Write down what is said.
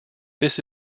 this